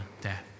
death